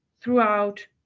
throughout